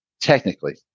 technically